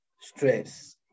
stress